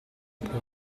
puoi